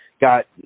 got